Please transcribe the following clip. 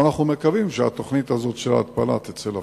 ואנחנו מקווים שהתוכנית הזאת של ההתפלה תצא לפועל.